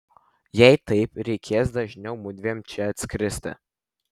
jei taip reikės dažniau mudviem čia atskristi